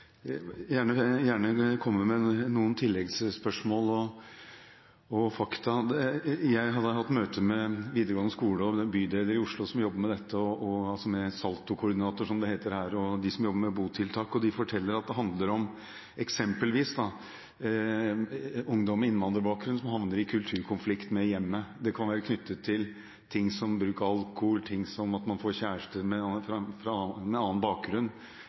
bydeler i Oslo som jobber med dette, som er SaLTo-koordinatorer, som det heter. De jobber med botiltak, og de forteller at det handler om eksempelvis ungdom med innvandrerbakgrunn som havner i kulturkonflikt med hjemmet. Det kan være knyttet til ting som bruk av alkohol, som at man får kjæreste med annen bakgrunn – til og med